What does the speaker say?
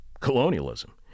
Colonialism